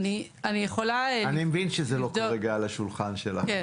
אני מבין שכרגע זה לא על השולחן שלך.